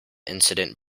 incident